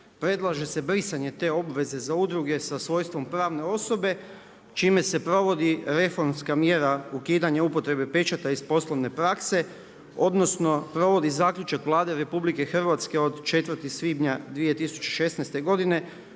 predlaže se brisanje te obveze za udruge sa svojstvom pravne osobe, čime se provodi reformska mjera ukidanja upotrebe pečata iz poslovne prakse, odnosno provod zaključak Vlade Republike Hrvatske od 4. svibnja 2016. godine